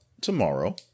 tomorrow